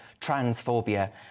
Transphobia